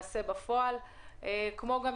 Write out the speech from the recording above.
בנוסף,